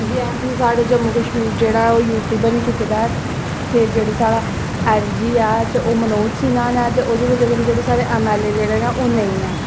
जि'यां के साढ़ा जम्मू कश्मीर जेह्ड़ा ऐ ओह् यूटी बनी चुके दा ऐ ते जेह्ड़ा साढ़ा एलजी ऐ ते ओह् मनोज सिन्हा ऐ ते ओह् जेह्ड़े साढ़े एम एल ए न ओह् नेईं है'न